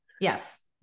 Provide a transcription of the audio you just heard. Yes